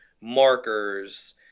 markers